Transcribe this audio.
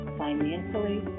financially